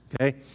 Okay